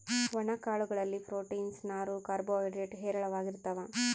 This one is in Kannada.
ಒಣ ಕಾಳು ಗಳಲ್ಲಿ ಪ್ರೋಟೀನ್ಸ್, ನಾರು, ಕಾರ್ಬೋ ಹೈಡ್ರೇಡ್ ಹೇರಳವಾಗಿರ್ತಾವ